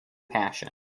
passion